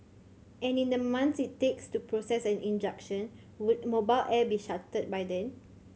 and in the months it takes to process an injunction would Mobile Air be shuttered by then